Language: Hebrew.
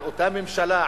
על אותה ממשלה,